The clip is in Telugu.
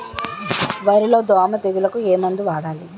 వరిలో దోమ తెగులుకు ఏమందు వాడాలి?